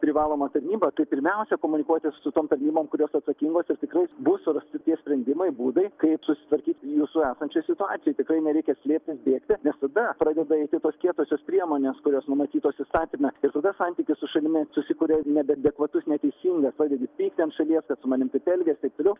privalomą tarnybą tai pirmiausia komunikuoti su tom tarnybom kurios atsakingos ir tikrai bus surasti tie sprendimai būdai kaip susitvarkyt jūsų esančioj situacijoj tikrai nereikia slėptis bėgti nes tada pradeda eiti tos kietosios priemonės kurios numatytos įstatyme ir tada santykis su šalimi susikuria nebeadekvatus neteisingas pradedi pykti ant šalies kad su manim taip elgias taip toliau